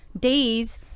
days